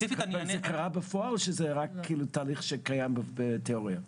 אבל זה קרה בפועל או שזה רק תהליך שקיים בתיאוריה?